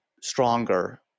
stronger